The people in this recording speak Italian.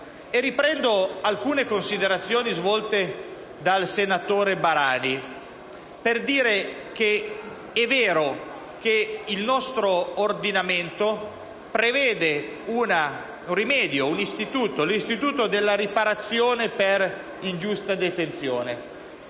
infine alcune considerazioni svolte dal senatore Barani, per dire che è vero che il nostro ordinamento prevede un rimedio, l'istituto della riparazione per ingiusta detenzione,